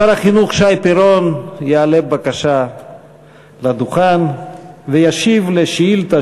שר החינוך שי פירון יעלה בבקשה לדוכן וישיב על שאילתה